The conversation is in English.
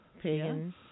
pagan